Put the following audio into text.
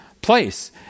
Place